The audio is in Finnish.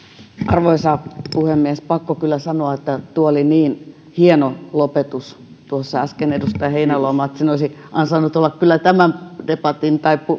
arvoisa puhemies pakko kyllä sanoa että tuo oli niin hieno lopetus tuossa äsken edustaja heinäluoma että se olisi ansainnut olla kyllä tämän